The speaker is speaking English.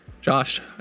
Josh